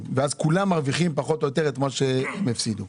ואז כולם מרוויחים פחות או יותר את מה שהם הפסידו.